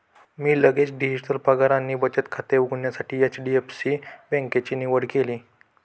मी लगेच डिजिटल पगार आणि बचत खाते उघडण्यासाठी एच.डी.एफ.सी बँकेची निवड केली